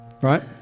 Right